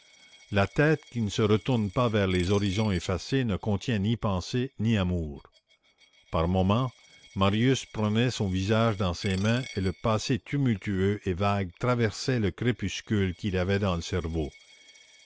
la tête qui ne se retourne pas vers les horizons effacés ne contient ni pensée ni amour par moments marius prenait son visage dans ses mains et le passé tumultueux et vague traversait le crépuscule qu'il avait dans le cerveau